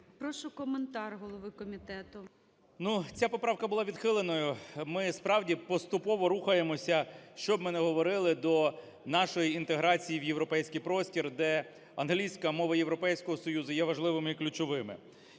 ласка, коментар голови комітету.